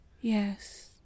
Yes